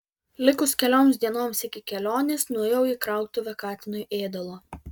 likus kelioms dienoms iki kelionės nuėjau į krautuvę katinui ėdalo